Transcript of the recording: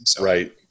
Right